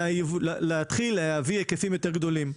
להתחיל להביא היקפים יותר גדולים.